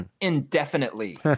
Indefinitely